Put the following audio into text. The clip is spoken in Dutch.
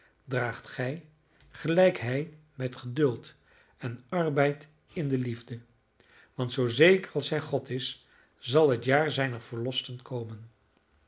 draagt gij gelijk hij met geduld en arbeidt in de liefde want zoo zeker als hij god is zal het jaar zijner verlosten komen